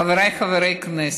חבריי חברי הכנסת,